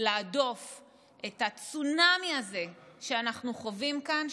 להדוף את הצונאמי הזה שאנחנו חווים כאן,